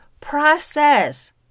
process